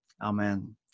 Amen